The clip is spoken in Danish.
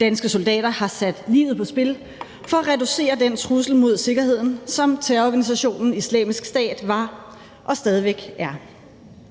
Danske soldater har sat livet på spil for at reducere den trussel mod sikkerheden, som terrororganisationen Islamisk Stat var og stadig væk er.